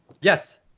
Yes